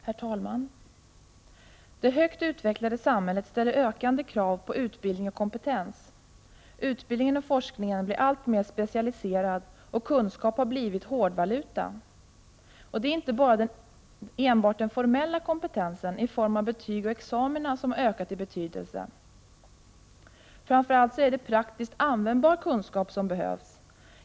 Herr talman! Det högt utvecklade samhället ställer ökande krav på utbildning och kompetens. Utbildningen och forskningen blir alltmer specialiserade, och kunskap har blivit hårdvaluta. Det är inte enbart den formella kompetensen i form av betyg och examina som ökat i betydelse. Framför allt är det praktiskt användbar kunskap som behövs.